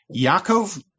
Yaakov